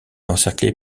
encerclé